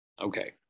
Okay